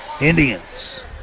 Indians